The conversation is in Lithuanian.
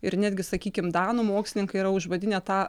ir netgi sakykim danų mokslininkai yra užvadinę tą